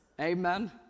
Amen